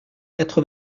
quatre